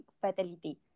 fatality